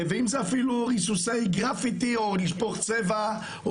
ואם זה אפילו ריסוסי גרפיטי או לשפוך צבע או